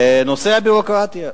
נושא הביורוקרטיה,